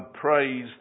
praise